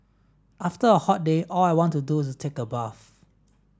after a hot day all I want to do is take a bath